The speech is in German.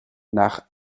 nach